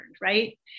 right